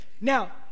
now